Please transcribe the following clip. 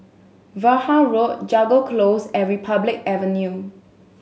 Vaughan Road Jago Close and Republic Avenue